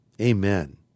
amen